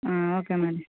okay madam